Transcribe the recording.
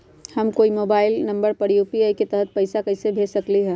हम कोई के मोबाइल नंबर पर यू.पी.आई के तहत पईसा कईसे भेज सकली ह?